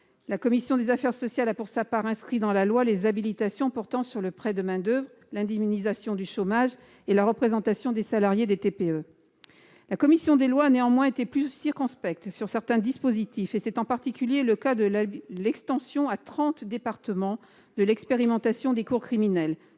La commission des affaires sociales, pour sa part, a inscrit dans la loi les habilitations portant sur le prêt de main-d'oeuvre, sur l'indemnisation du chômage et sur la représentation des salariés des TPE. La commission des lois a néanmoins été plus circonspecte sur certains dispositifs. C'est en particulier le cas de l'extension à trente départements de l'expérimentation des cours criminelles.